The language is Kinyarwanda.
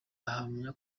ahamya